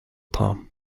tom